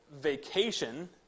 vacation